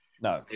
no